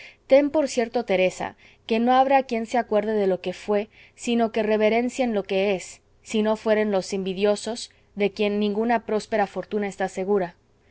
ten por cierto teresa que no habrá quien se acuerde de lo que fue sino que reverencien lo que es si no fueren los invidiosos de quien ninguna próspera fortuna está segura